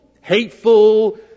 hateful